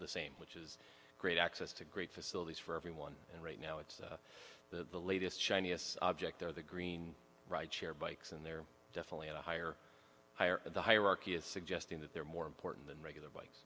the same which is great access to great facilities for everyone and right now it's the latest shiny object or the green ride share bikes and they're definitely at a higher higher the hierarchy is suggesting that they're more important than regular bikes